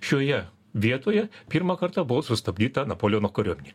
šioje vietoje pirmą kartą buvo sustabdyta napoleono kariuomenė